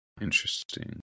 Interesting